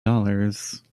dollars